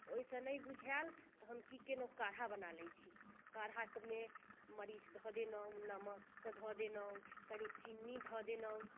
ओहिसँ नहि बुझायल तऽ हम की कयलहुँ काढ़ा बना लै छी काढ़ामे मरीच धऽ देलहुँ नमक कऽ धऽ देलहुँ कनी चीन्नी धऽ देलहुँ